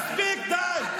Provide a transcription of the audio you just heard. מספיק, מספיק, די.